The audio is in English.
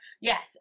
Yes